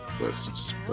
lists